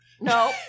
No